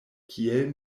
kiel